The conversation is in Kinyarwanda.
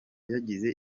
yagize